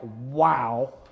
wow